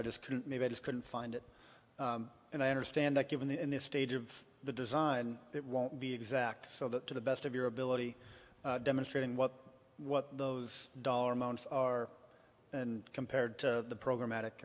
i just couldn't maybe i just couldn't find it and i understand that given in this stage of the design it won't be exact so that to the best of your ability demonstrating what what those dollar amounts are and compared to the program